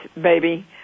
baby